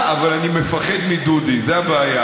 די,